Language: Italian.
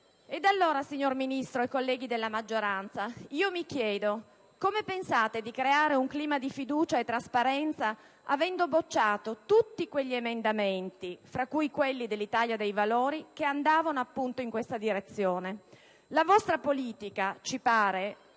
Pertanto, signor Ministro e colleghi della maggioranza, come pensate di creare un clima di fiducia e trasparenza avendo bocciato tutti quegli emendamenti, fra cui quelli dell'Italia dei Valori, che andavano in tale direzione? La vostra proposta politica - ci pare